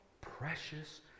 precious